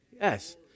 Yes